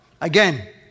Again